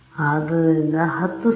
ಆದ್ದರಿಂದ 10 ಸೆಂ